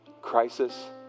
Crisis